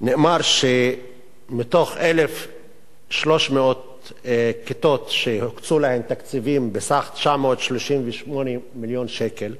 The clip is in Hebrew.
מספר נאמר שמתוך 1,300 כיתות שהוקצו להן תקציבים בסך 938 מיליון שקל,